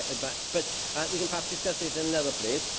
and but but we can perhaps discuss this in another place.